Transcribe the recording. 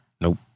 Nope